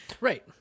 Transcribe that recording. Right